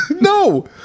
No